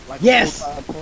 Yes